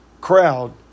crowd